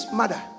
mother